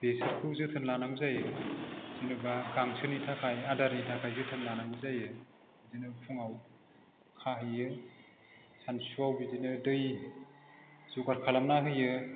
बेसोरखौ जोथोन लानांगौ जायो जेनेबा गांसोनि थाखाय आदारनि थाखाय जोथोन लानांगौ जायो बिदिनो फुङाव खाहैयो सानसुयाव बिदिनो दै जगार खालामना होयो